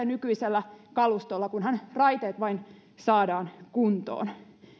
nykyisellä kalustolla kunhan raiteet vain saadaan kuntoon